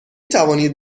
توانید